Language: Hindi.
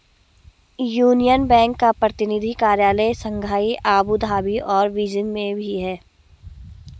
यूनियन बैंक का प्रतिनिधि कार्यालय शंघाई अबू धाबी और बीजिंग में भी है